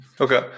okay